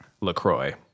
LaCroix